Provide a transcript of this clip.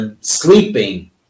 sleeping